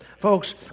Folks